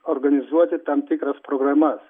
organizuoti tam tikras programas